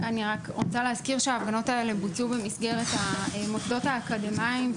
אני רק רוצה להזכיר שההפגנות האלה בוצעו במסגרת המוסדות האקדמיים.